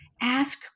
ask